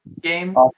game